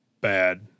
bad